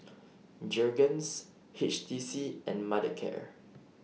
Jergens H T C and Mothercare